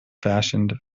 fashioned